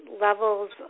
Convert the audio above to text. levels